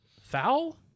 Foul